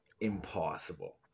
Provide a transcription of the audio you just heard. impossible